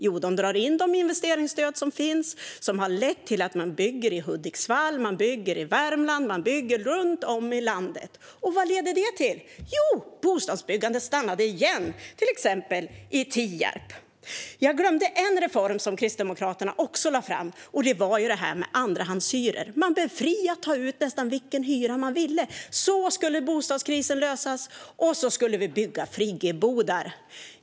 Jo, de drar in de investeringsstöd som finns och som har lett till att man bygger i Hudiksvall, i Värmland och runt om i landet. Och vad leder det till? Jo, det leder till att bostadsbyggandet stannar upp igen, till exempel i Tierp. Jag glömde nämna en reform som Kristdemokraterna också lade fram, nämligen den om andrahandshyror. Man fick ta ut nästan vilken hyra som man ville. Så skulle bostadskrisen lösas. Det skulle också byggas friggebodar.